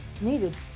needed